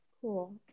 Cool